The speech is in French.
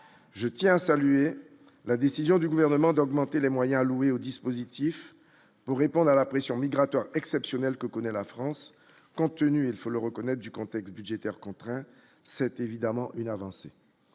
je tiens à saluer la décision du gouvernement d'augmenter les moyens alloués au dispositif pour répondre à la pression migratoire exceptionnelles que connaît la France compte tenu, il faut le reconnaître, du contexte budgétaire contraint, c'est évidemment une avancée